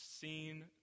seen